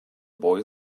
boy